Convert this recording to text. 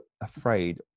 afraid